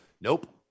nope